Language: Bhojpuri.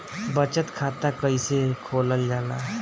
बचत खाता कइसे खोलल जाला?